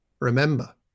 Remember